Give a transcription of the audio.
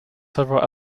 several